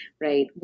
right